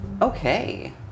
okay